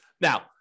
Now